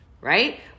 Right